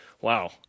Wow